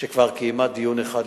והיא כבר קיימה דיון אחד לפחות.